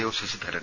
O Sasidharan